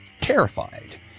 terrified